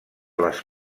les